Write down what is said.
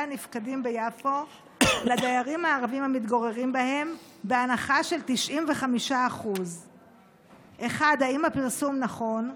הנפקדים ביפו לדיירים הערבים המתגוררים בהם בהנחה של 95%. רצוני